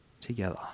together